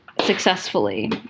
successfully